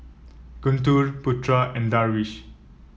Guntur Putra and Darwish